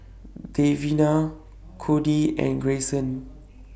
Davina Codie and Greyson